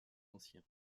ancien